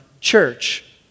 church